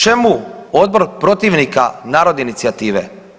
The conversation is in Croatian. Čemu odbor protivnika narodne inicijative?